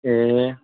ए